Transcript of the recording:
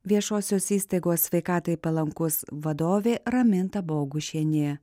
viešosios įstaigos sveikatai palankus vadovė raminta bogušienė